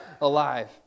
alive